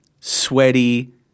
sweaty